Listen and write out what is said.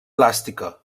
elàstica